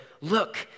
look